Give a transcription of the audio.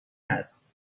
هست